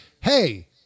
hey